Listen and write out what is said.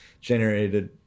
generated